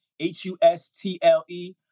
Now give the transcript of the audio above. H-U-S-T-L-E